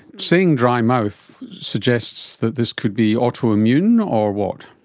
saying dry mouth suggests that this could be autoimmune or what?